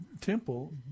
temple